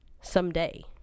someday